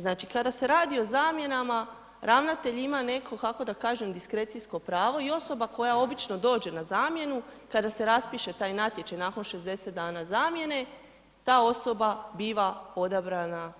Znači kada se radi o zamjenama ravnatelj ima neko, kako da kažem, diskrecijsko pravo i osoba koja obično dođe na zamjenu kada se raspiše taj natječaj nakon 60 dana zamjene, ta osoba biva odabrana